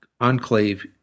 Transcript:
enclave